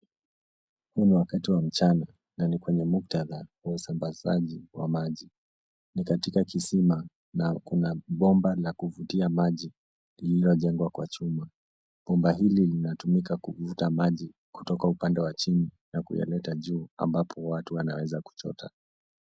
Huu ni wakati wa mchana na ni kwenye muktadha wa usambazaji wa maji ni katika kisima na kuna pomba la kuvutia maji lililo jengwa kwa chuma . Bomba hili linatumika kuvuta maji kutoka upande wa chini na kuyaleta juu ambapo watu wanaweza kuchota.